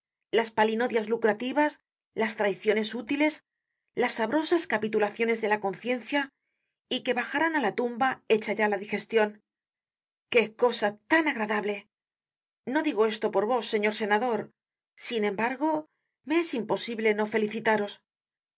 las palinodias lucrativas las traiciones útiles las sabrosas capitulaciones de la conciencia y que bajarán á la tumba hecha ya la digestion qué cosa tan agradable no digo esto por vos señor senador sin embargo me es imposible no felicitaros